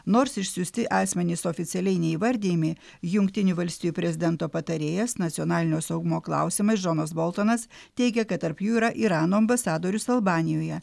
nors išsiųsti asmenys oficialiai neįvardijami jungtinių valstijų prezidento patarėjas nacionalinio saugumo klausimais džonas boltonas teigia kad tarp jų yra irano ambasadorius albanijoje